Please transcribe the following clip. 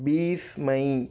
بیس مئی